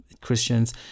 Christians